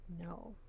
No